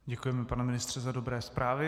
Děkujeme, pane ministře, za dobré zprávy.